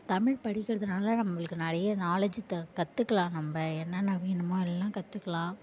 தமிழ் படிக்கிறதுனால நம்மளுக்கு நிறைய நாலேஜ் த கற்றுக்குலாம் நம்ம என்னென்ன வேணுமோ எல்லாம் கற்றுக்குலாம்